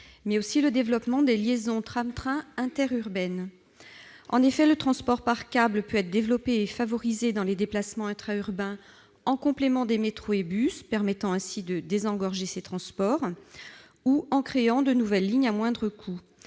mais aussi le développement des liaisons tram-train inter-urbaines. Le transport par câbles peut être développé et favorisé dans les déplacements intra-urbains en complément des métros et bus, permettant ainsi de désengorger ces transports ou de créer de nouvelles lignes à moindre coût.